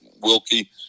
Wilkie